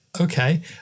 Okay